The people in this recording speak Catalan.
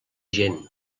gent